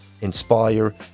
inspire